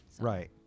Right